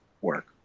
work